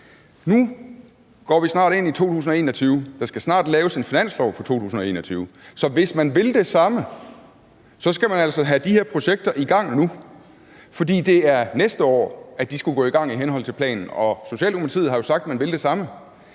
Nu går vi snart ind i 2021, og der skal snart laves en finanslov for 2021, så hvis man vil det samme, skal man altså have de her projekter i gang nu, for det er næste år, de skal gå i gang i henhold til planen, og Socialdemokratiet har jo sagt, at man vil det samme.